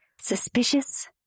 suspicious